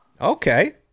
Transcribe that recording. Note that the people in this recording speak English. Okay